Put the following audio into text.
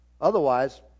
Otherwise